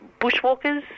bushwalkers